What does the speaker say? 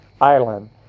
island